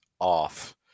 off